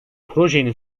projenin